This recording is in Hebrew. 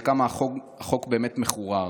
זה כמה החוק באמת מחורר.